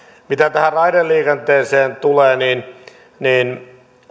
mitä tähän raideliikenteeseen tulee niin niin